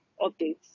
updates